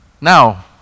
Now